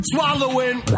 Swallowing